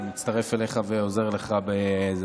אני מצטרף אליך ועוזר לך בזה,